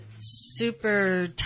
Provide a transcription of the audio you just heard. super